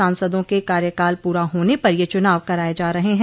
सांसदों के कार्यकाल पूरा होने पर ये चुनाव कराए जा रहे हैं